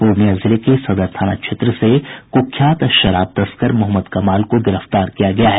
पूर्णियां जिले के सदर थाना क्षेत्र से कुख्यात शराब तस्कर मोहम्मद कमाल को गिरफ्तार किया गया है